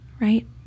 right